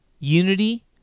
Unity